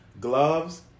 Gloves